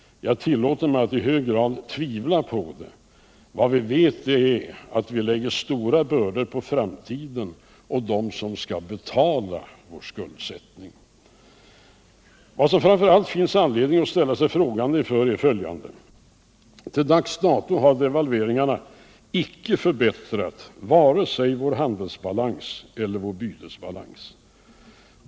Jag tillåter mig att i hög grad tvivla på detta. Vad vi vet är att vi lägger stora bördor på framtiden och på dem som skall betala vår skuldsättning. Vad det framför allt finns anledning att ställa sig kritisk inför är följande fakta. Till dags dato har devalveringarna icke förbättrat vare sig vår handeisbalans eller vår bytesbalans.